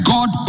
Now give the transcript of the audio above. God